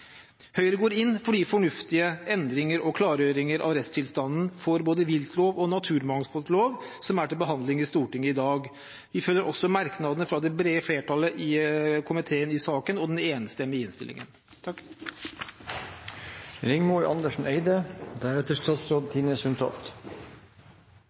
Høyre går inn for de fornuftige endringer og klargjøringer av rettstilstanden for både viltloven og naturmangfoldloven, som er til behandling i Stortinget i dag. Vi følger også merknadene fra det brede flertallet i komiteen i saken og den enstemmige innstillingen.